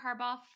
Harbaugh